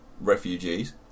refugees